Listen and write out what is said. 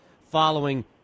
following